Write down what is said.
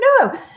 no